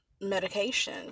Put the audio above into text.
medication